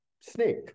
snake